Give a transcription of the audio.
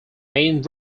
main